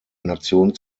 nation